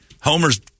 Homer's